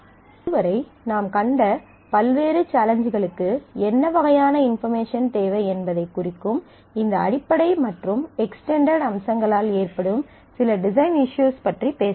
இதுவரை நாம் கண்ட பல்வேறு சேலஞ்சுகளுக்கு என்ன வகையான இன்பார்மேஷன் தேவை என்பதைக் குறிக்கும் இந்த அடிப்படை மற்றும் எக்ஸ்டென்டெட் அம்சங்களால் ஏற்படும் சில டிசைன் இஸ்யூஸ் பற்றிப் பேசலாம்